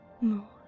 More